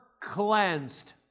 cleansed